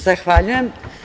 Zahvaljujem.